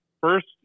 first